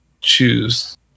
choose